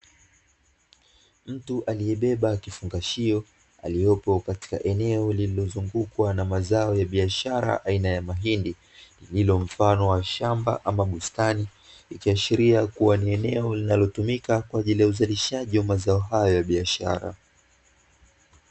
Mtu aliyebeba kifungashio, aliyopo katika eneo lililozungukwa na mazao ya biashara aina ya mahindi; lililo mfano wa shamba ama bustani, ikiashiria kuwa ni eneo linalotumika kwa ajili ya uzalishaji wa mazao hayo ya biashara.